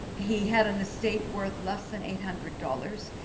he had an estate worth less than eight hundred dollars.